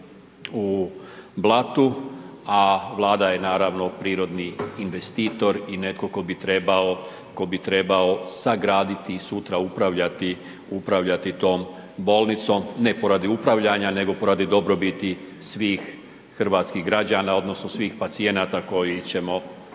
u Blatu, a Vlada je naravno prirodni investitor i netko tko bi trebao sagraditi, sutra upravljati, upravljati tom bolnicom, ne poradi upravljanja, nego poradi dobrobiti svih hrvatskih građana odnosno svih pacijenata koji ćemo prije